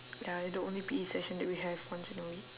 ya the only P_E session that we have once in a week